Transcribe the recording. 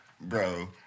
bro